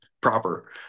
proper